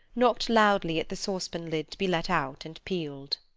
knocked loudly at the saucepan-lid to be let out and peeled.